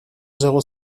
zéro